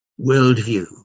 worldview